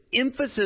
emphasis